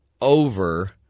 over